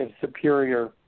superior